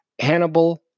Hannibal